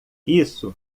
isso